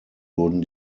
wurden